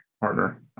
partner